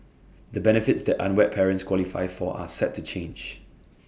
the benefits that unwed parents qualify for are set to change